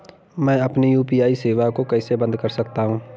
मैं अपनी यू.पी.आई सेवा को कैसे बंद कर सकता हूँ?